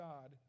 God